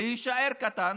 להישאר קטן.